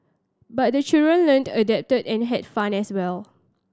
but the children learnt adapted and had fun as well